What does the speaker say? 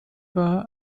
war